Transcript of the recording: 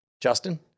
Justin